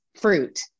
fruit